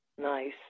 Nice